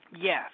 Yes